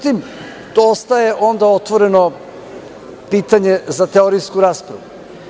To ostaje onda otvoreno pitanje za teorijsku raspravu.